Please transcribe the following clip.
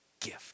gift